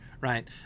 right